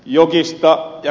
jokista ja ed